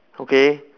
okay